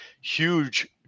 huge